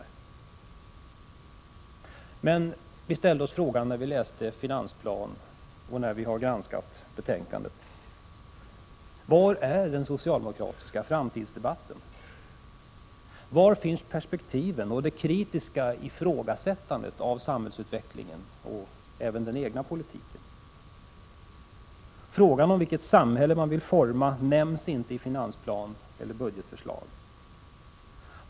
Vi ställde oss emellertid frågan när vi läste finansplanen och granskade betänkandet: Var är den socialdemokratiska framtidsdebatten? Var finns perspektiven och det kritiska ifrågasättandet av samhällsutvecklingen och även av den egna politiken? Vilket samhälle man vill forma nämns inte i finansplan eller budgetförslag.